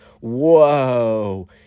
whoa